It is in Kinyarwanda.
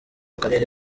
karere